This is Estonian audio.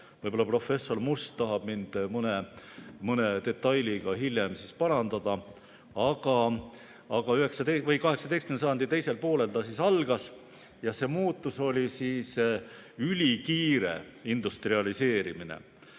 Võib-olla professor Must tahab mõnda detaili hiljem parandada, aga 18. sajandi teisel poolel see algas ja see muutus oli ülikiire industrialiseerimine.